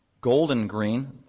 golden-green